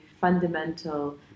fundamental